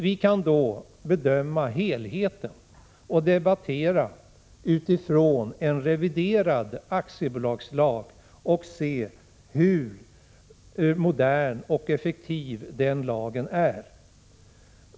Vi kan då bedöma helheten och debattera utifrån en reviderad aktiebolagslag och se hur modern och effektiv den lagen är.